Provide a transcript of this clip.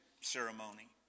ceremony